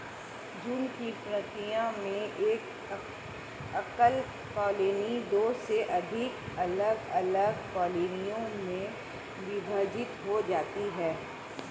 झुंड की प्रक्रिया में एक एकल कॉलोनी दो से अधिक अलग अलग कॉलोनियों में विभाजित हो जाती है